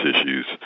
issues